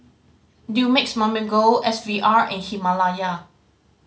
Dumex Mamil Gold S V R and Himalaya